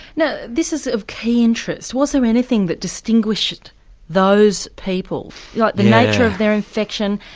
now this is of key interest, was there anything that distinguished those people, like the nature of their infection,